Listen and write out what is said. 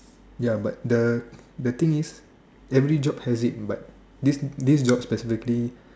ya the thing is every job has it but this job definitely